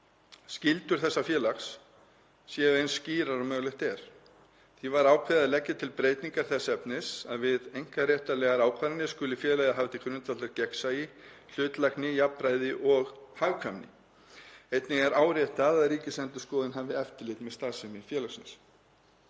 skyldur þessa félags séu eins skýrar og mögulegt er. Því var ákveðið að leggja til breytingar þess efnis að við einkaréttarlegar ákvarðanir skuli félagið hafa til grundvallar gegnsæi, hlutlægni, jafnræði og hagkvæmni. Einnig er áréttað að Ríkisendurskoðun hafi eftirlit með starfsemi félagsins.